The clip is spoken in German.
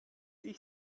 ich